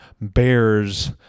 bears